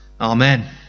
Amen